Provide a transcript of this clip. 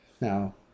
now